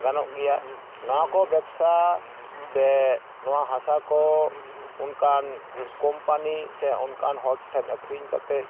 ᱜᱟᱱᱚᱜ ᱜᱮᱭᱟ ᱱᱚᱣᱟ ᱠᱚ ᱵᱮᱵᱥᱟ ᱥᱮ ᱱᱚᱣᱟ ᱦᱟᱥᱟ ᱠᱚ ᱚᱱᱠᱟᱱ ᱠᱚᱢᱯᱟᱱᱤ ᱥᱮ ᱚᱱᱠᱟᱱ ᱦᱚᱲ ᱴᱷᱮᱱ ᱟᱹᱠᱷᱨᱤᱧ ᱠᱟᱛᱮᱫ